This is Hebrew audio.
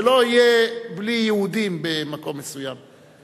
שלא יהיה בלי יהודים במקום מסוים.